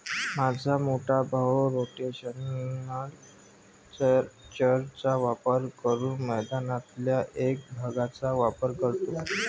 माझा मोठा भाऊ रोटेशनल चर चा वापर करून मैदानातल्या एक भागचाच वापर करतो